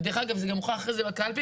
ודרך אגב, זה גם הוכרע אחרי זה בקלפי.